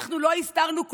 אנחנו לא הסתרנו כלום.